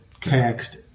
text